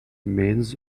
remains